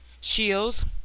Shields